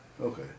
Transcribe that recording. Okay